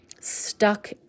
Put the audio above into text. Stuck